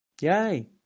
Yay